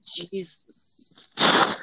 Jesus